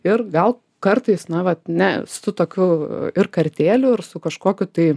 ir gal kartais na vat ne su tokiu ir kartėliu ir su kažkokiu tai